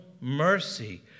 mercy